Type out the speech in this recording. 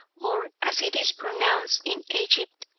or, as it is pronounced in egypt,